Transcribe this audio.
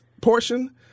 portion